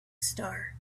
star